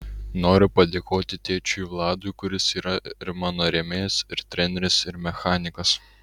noriu padėkoti tėčiui vladui kuris yra ir mano rėmėjas ir treneris ir mechanikas